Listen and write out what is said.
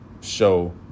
show